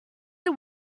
are